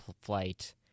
Flight